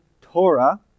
Torah